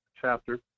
chapter